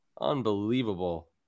Unbelievable